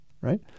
Right